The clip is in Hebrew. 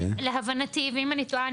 להבנתי ואם אני טועה,